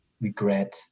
regret